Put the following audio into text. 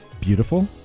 beautiful